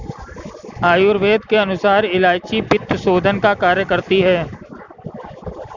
आयुर्वेद के अनुसार इलायची पित्तशोधन का कार्य करती है